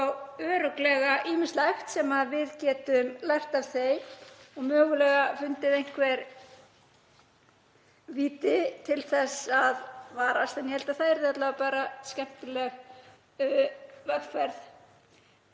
og örugglega ýmislegt sem við getum lært af þeim og mögulega fundið einhver víti til að varast. En ég held að það yrði alla vega bara skemmtileg vegferð.